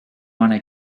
want